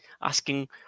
asking